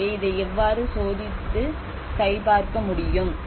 எனவே இதை எவ்வாறு சோதித்து பார்க்கப்படவேண்டும்